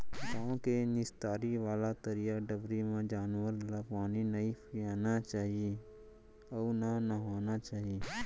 गॉँव के निस्तारी वाला तरिया डबरी म जानवर ल पानी नइ पियाना चाही अउ न नहवाना चाही